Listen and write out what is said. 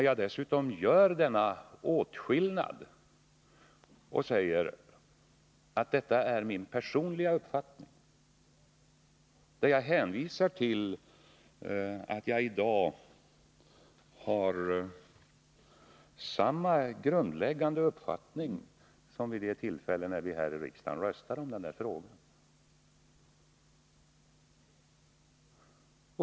Jag gör ju också klart att detta är min personliga uppfattning och hänvisar till att jag i dag har samma grundläggande mening som vid det tillfälle då vi här i riksdagen röstade om abortlagen?